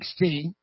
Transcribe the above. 16